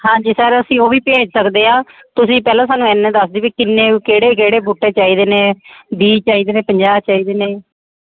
ਹਾਂਜੀ ਸਰ ਅਸੀਂ ਉਹ ਵੀ ਭੇਜ ਸਕਦੇ ਹਾਂ ਤੁਸੀਂ ਪਹਿਲਾਂ ਸਾਨੂੰ ਇੰਨਾਂ ਦੱਸ ਦਿਓ ਵੀ ਕਿੰਨੇ ਕਿਹੜੇ ਕਿਹੜੇ ਬੂਟੇ ਚਾਹੀਦੇ ਨੇ ਵੀਹ ਚਾਹੀਦੇ ਨੇ ਪੰਜਾਹ ਚਾਹੀਦੇ ਨੇ